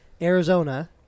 Arizona